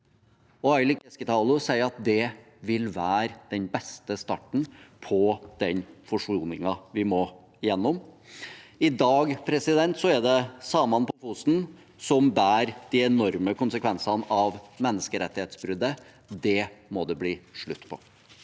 naturen. Keskitalo sier at det vil være den beste starten på den forsoningen vi må igjennom. I dag er det samene på Fosen som bærer de enorme konsekvensene av menneskerettighetsbruddet. Det må det bli slutt på.